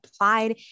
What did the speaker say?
applied